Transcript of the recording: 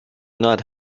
not